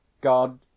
God